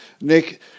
Nick